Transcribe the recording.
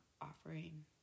offering